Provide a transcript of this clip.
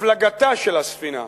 הפלגתה של הספינה,